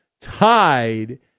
tied